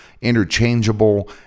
interchangeable